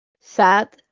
sad